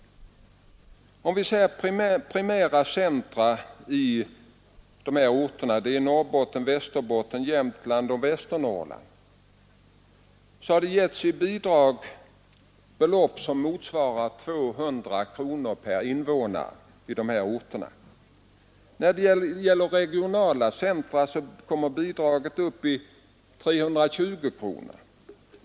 Till primära centra i dessa fyra län har det givits i bidrag belopp som motsvarar 200 kronor per invånare. När det gäller regionala centra kommer bidraget upp i 320 kronor.